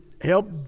help